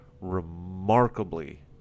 remarkably